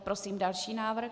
Prosím další návrh.